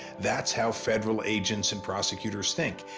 that's how federal agents and prosecutors think.